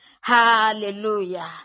Hallelujah